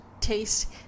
Taste